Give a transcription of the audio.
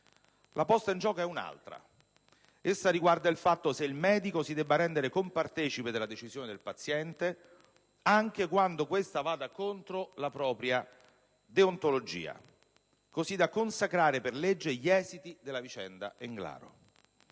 La posta in gioco è un'altra: essa riguarda il fatto se il medico si debba rendere compartecipe della decisione del paziente anche quando questa vada contro la propria deontologia, così da consacrare per legge gli esiti della vicenda Englaro.